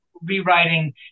rewriting